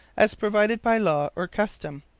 as provided by law or custom.